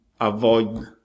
avoid